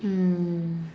mm